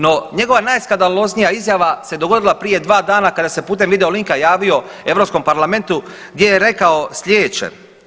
No, njegova najskandaloznija izjava se dogodila prije 2 dana kada se putem video linka javio Europskom parlamentu gdje je rekao slijedeće.